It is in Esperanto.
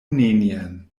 nenien